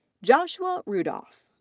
joshua rudolph.